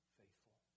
faithful